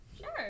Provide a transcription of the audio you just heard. Sure